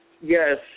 Yes